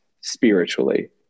spiritually